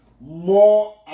more